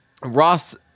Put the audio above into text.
Ross